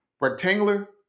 Rectangular